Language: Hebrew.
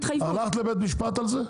הלכת לבית משפט על זה?